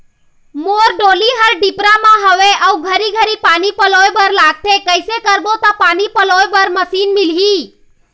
मोर डोली हर डिपरा म हावे अऊ घरी घरी पानी पलोए बर लगथे कैसे करबो त पानी पलोए बर मशीन मिलही?